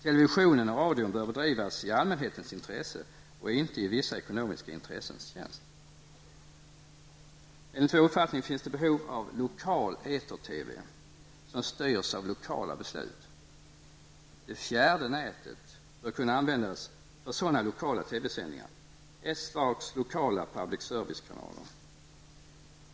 Televisonen och radion bör bedrivas i allmänhetens intresse och inte i vissa ekonomiska intressens tjänst. Enligt vår uppfattning finns det behov av lokal eter TV som styrs av lokala beslut. Det fjärde nätet bör kunna användas för sådana lokala TV-sändningar, ett slags lokala public service-kanaler.